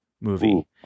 movie